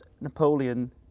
Napoleon